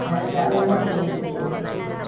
చాలా బాగుంటుందండి చూడటానికి